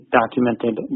documented